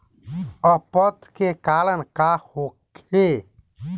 अपच के कारण का होखे?